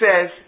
says